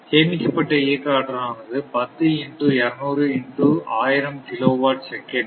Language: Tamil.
சேமிக்கப்பட்ட இயக்க ஆற்றலானது 10 into 200 into 1000 kilo watt second